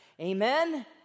Amen